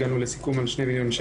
הגענו לסיכום עד שני מיליון שקלים.